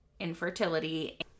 infertility